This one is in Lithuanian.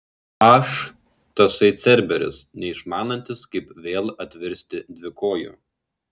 aš tasai cerberis neišmanantis kaip vėl atvirsti dvikoju